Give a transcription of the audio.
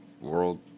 world